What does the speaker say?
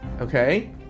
Okay